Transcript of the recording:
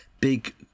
big